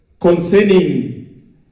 concerning